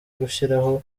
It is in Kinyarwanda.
gushyiraho